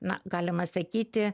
na galima sakyti